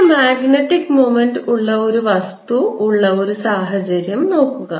ചില magnetic moment ഉള്ള ഒരു വസ്തു ഉള്ള ഒരു സാഹചര്യം നോക്കുക